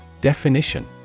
Definition